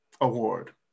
award